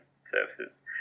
Services